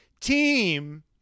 team